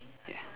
ya